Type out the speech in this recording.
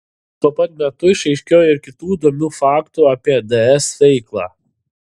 tuo pat metu išaiškėjo ir kitų įdomių faktų apie ds veiklą